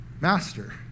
master